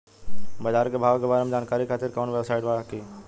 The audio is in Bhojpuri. बाजार के भाव के बारे में जानकारी खातिर कवनो वेबसाइट बा की?